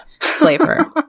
flavor